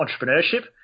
entrepreneurship